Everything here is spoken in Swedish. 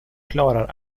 klarar